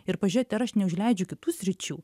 ir pažiūrėti ar aš neužleidžiu kitų sričių